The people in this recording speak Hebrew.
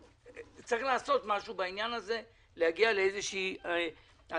צריך לעשות משהו בעניין הזה ולהגיע לאיזושהי מסקנה,